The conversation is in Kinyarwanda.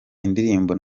indirimbo